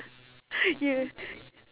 you